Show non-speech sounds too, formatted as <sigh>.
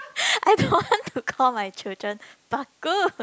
<laughs> I don't want to call my children Bak Kut